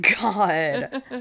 God